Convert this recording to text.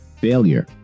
failure